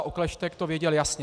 Okleštěk to věděl jasně.